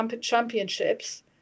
championships